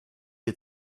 had